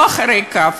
לא אחרי קו,